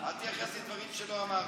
אל תייחס לי דברים שלא אמרתי.